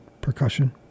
percussion